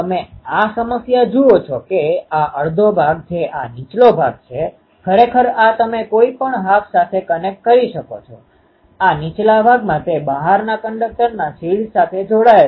તમે જુઓ છો કે બંને વિવિધ ફેઝ સાથે સમાન પ્રવાહ કંપનવિસ્તારથી ઉત્તેજિત છે આનો અર્થ એ કે અહીં આ I1 અને I2 જુઓ આપણે તે જ સ્રોત દ્વારા આપી શકીએ છીએ પરંતુ માર્ગમાં I1 અને I2 વચ્ચે એક ફેઝ શીફટીંગ નેટવર્ક હોવું જોઈએ